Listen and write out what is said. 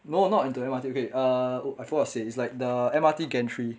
no not into the M_R_T okay err I forgot what to say it's like err the M_R_T gantry